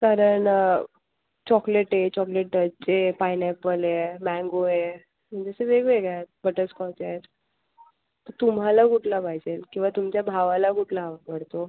कारण चॉकलेट आहे चॉकलेट ते पायनॅपल आहे मँगो आहे तर वेगवेगळ्या आहेत बटरस्कॉच आहे तुम्हाला कुठला पाहिजेल किंवा तुमच्या भावाला कुठला ह आवडतो